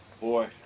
Boy